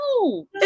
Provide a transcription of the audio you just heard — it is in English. no